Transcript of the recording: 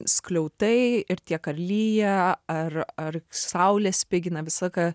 skliautai ir tiek ar lyja ar ar saulė spigina visą laiką